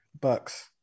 Bucks